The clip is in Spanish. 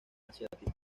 asiático